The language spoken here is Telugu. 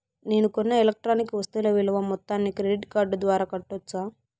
నేను కొన్న ఎలక్ట్రానిక్ వస్తువుల విలువ మొత్తాన్ని క్రెడిట్ కార్డు ద్వారా కట్టొచ్చా?